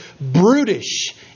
brutish